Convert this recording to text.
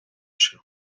się